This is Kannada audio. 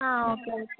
ಹಾಂ ಓಕೆ ಆಯಿತು